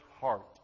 heart